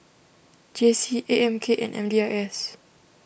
J C A M K and M D I S